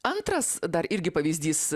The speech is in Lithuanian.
antras dar irgi pavyzdys